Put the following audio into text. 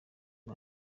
iyi